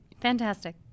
Fantastic